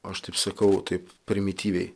aš taip sakau taip primityviai